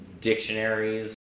dictionaries